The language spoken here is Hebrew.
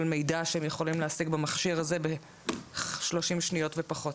מידע שהם יכולים להשיג במחשב הזה תוך שלושים שניות ופחות.